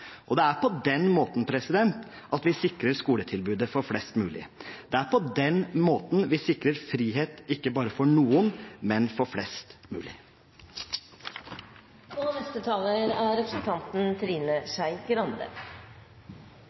til. Det er på den måten vi sikrer skoletilbudet for flest mulig. Det er på den måten vi sikrer frihet, ikke bare for noen, men for flest mulig. Jeg har vært lærer i videregående, og jeg vet litt om hva som er